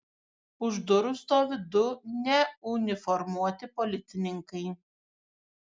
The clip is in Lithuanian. už durų stovi du neuniformuoti policininkai